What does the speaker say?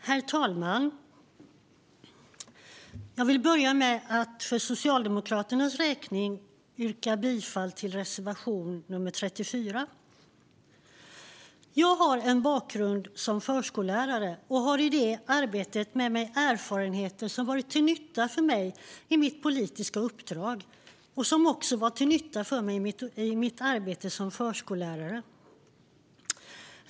Herr talman! Jag vill börja med att för Socialdemokraternas räkning yrka bifall till reservation 34. Jag har en bakgrund som förskollärare. Från det arbetet har jag med mig erfarenheter som har varit till nytta för mig i mitt politiska uppdrag. Det senare har i sin tur varit till nytta för mig i mitt arbete som förskollärare.